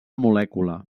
molècula